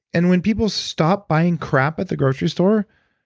and when people stop buying crap at the grocery store,